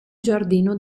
giardino